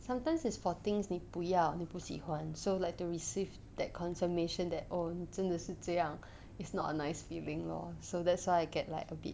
sometimes is for things 你不要你不喜欢 so like to receive that confirmation that oh 你真的是这样 is not a nice feeling lor so that's why I get like a bit